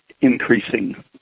increasing